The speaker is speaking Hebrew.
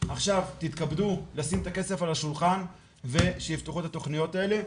עכשיו תתכבדו לשים את הכסף על השולחן ושיפתחו את התוכניות האלה.